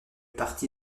partie